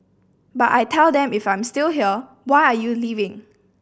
but I tell them if I'm still here why are you leaving